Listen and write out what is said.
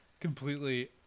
completely